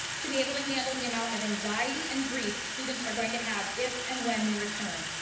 to be able to handle the amount of anxiety and grief students are going to have if, and when we return.